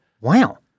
Wow